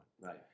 Right